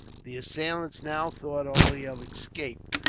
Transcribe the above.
the assailants now thought only of escape,